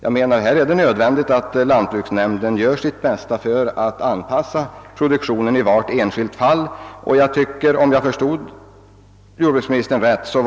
Det är nödvändigt att lantbruksnämnden hjälper till med att anpassa produktionen i varje enskilt sådant fall och verkar positivt för att uppnå detta mål.